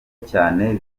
cyane